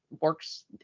works